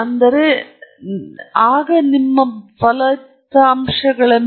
ಆದ್ದರಿಂದ ಇದರೊಂದಿಗೆ ನಾನು ತೀರ್ಮಾನಿಸುತ್ತೇನೆ ಮತ್ತು ನೀವು ಮಾಡುವ ಎಲ್ಲಾ ಪ್ರಯೋಗಗಳ ಮೂಲಕ ಅದೃಷ್ಟವನ್ನು ನಾನು ಬಯಸುತ್ತೇನೆ